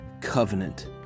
Covenant